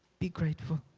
be grateful,